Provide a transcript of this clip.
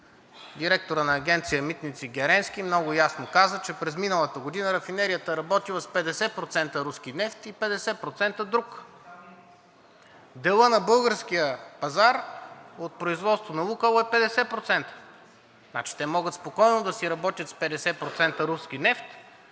директорът на Агенция „Митници“ каза, че през миналата година рафинерията е работила с 50% руски нефт и 50 % друг. Делът на българския пазар от производството на „Лукойл“ е 50% и те могат спокойно да си работят с 50% руски нефт